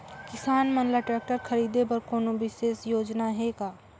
किसान मन ल ट्रैक्टर खरीदे बर कोनो विशेष योजना हे का?